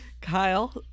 Kyle